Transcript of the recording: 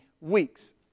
weeks